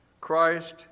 Christ